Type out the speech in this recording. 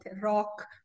rock